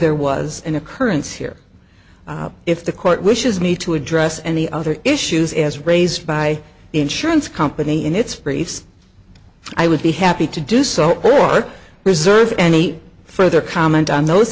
there was an occurrence here if the court wishes me to address any other issues as raised by the insurance company in its briefs i would be happy to do so or reserve any further comment on those